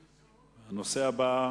הבא,